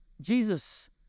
Jesus